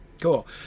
Cool